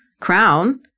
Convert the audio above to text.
crown